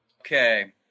Okay